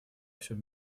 всем